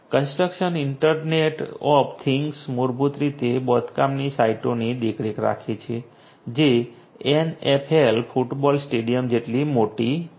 construction internet of things મૂળભૂત રીતે બાંધકામની સાઈટોની દેખરેખ રાખે છે જે NFL ફૂટબોલ સ્ટેડિયમ જેટલી મોટી છે